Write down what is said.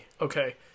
okay